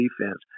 defense